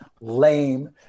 lame